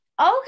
Okay